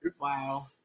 Wow